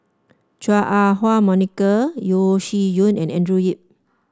Chua Ah Huwa Monica Yeo Shih Yun and Andrew Yip